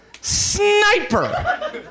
Sniper